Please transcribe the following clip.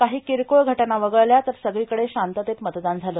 काही किरकोळ घटना वगळल्या तर सगळीकडे शांततेत मतदान झालं